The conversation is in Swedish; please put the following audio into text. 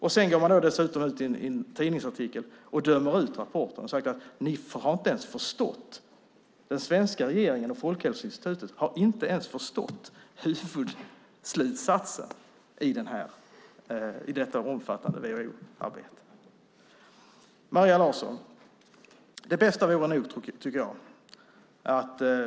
Man går dessutom ut i en tidningsartikel och dömer ut rapporten och säger att den svenska regeringen och Folkhälsoinstitutet inte ens har förstått huvudslutsatsen i detta omfattande WHO-arbete.